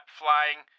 flying